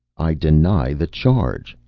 i deny the charge,